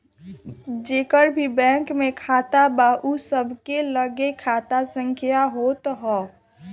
जेकर भी बैंक में खाता बा उ सबके लगे खाता संख्या होत हअ